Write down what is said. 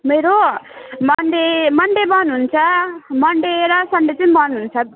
मेरो Monday Monday बन्द हुन्छ मन्डे र सन्डे चाहिँ बन्द हुन्छ